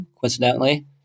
coincidentally